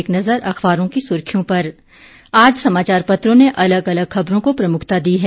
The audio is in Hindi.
एक नजर अखबारों की सुर्खियों पर आज समाचार पत्रों ने अलग अलग खबरों को प्रमुखता दी है